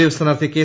F സ്ഥാനാർത്ഥി K